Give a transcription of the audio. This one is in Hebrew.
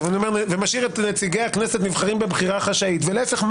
ומשאיר את נציגי הכנסת נבחרים בבחירה חשאית ולהפך,